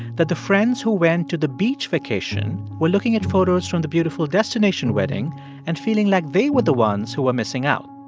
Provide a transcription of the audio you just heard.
that the friends who went to the beach vacation were looking at photos from the beautiful destination wedding and feeling like they were the ones who were missing out.